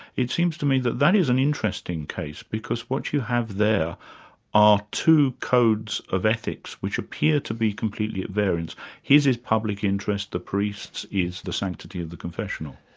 it seems to me that that is an interesting case, because what you have there are two codes of ethics which appear to be completely at variance his is public interest, the priest's is the sanctity of the confessional.